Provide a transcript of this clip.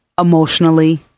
emotionally